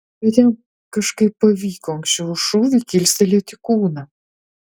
bet jam kažkaip pavyko anksčiau už šūvį kilstelti kūną